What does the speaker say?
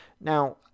Now